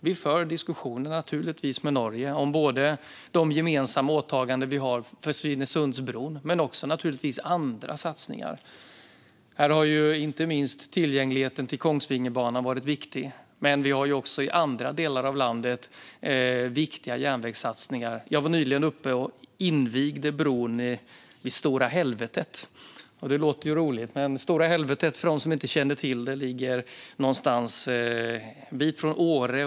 Vi för naturligtvis diskussioner med Norge om de gemensamma åtaganden vi har i fråga om Svinesundsbron men också om andra satsningar. Här har inte minst tillgängligheten till Kongsvingerbanan varit viktig. Men vi har också viktiga järnvägssatsningar i andra delar av landet. Jag var nyligen uppe och invigde bron vid Stora helvetet. Det låter roligt, men jag kan berätta för dem som inte känner till det att Stora helvetet ligger en bit från Åre.